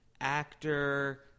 actor